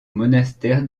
monastère